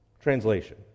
Translation